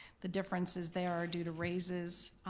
the differences there are due to raises,